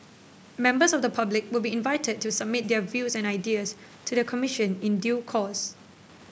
members of the public will be invited to submit their views and ideas to the Commission in due course